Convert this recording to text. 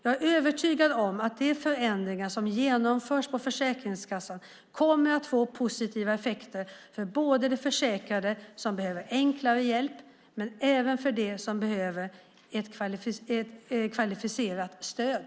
Jag är övertygad om att de förändringar som genomförs på Försäkringskassan kommer att få positiva effekter för de försäkrade som behöver enklare hjälp men även för dem som behöver ett kvalificerat stöd.